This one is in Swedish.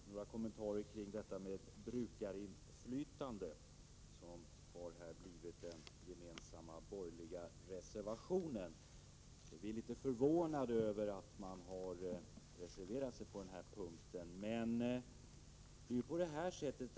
Herr talman! Jag vill göra några kommentarer kring detta med brukarinflytande, som den gemensamma borgerliga reservationen handlar om. Vi är litet förvånade över att de borgerliga partierna har reserverat sig på denna punkt.